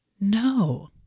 No